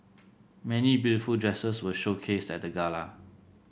many beautiful dresses were showcased at the gala